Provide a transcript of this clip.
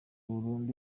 burundu